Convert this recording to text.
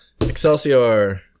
excelsior